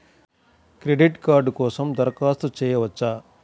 Credit card కోసం దరఖాస్తు చేయవచ్చా?